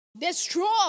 destroy